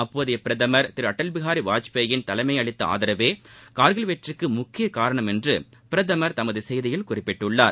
அப்போதைய பிரதமர் திரு அடல் பிஹாரி வாஜ்பேயின் தலைமை அளித்த ஆதரவே கார்கில் வெற்றிக்கு முக்கிய காரணம் என்று பிரதமர் தமது செய்தியில் குறிப்பிட்டுள்ளார்